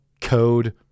code